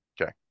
Okay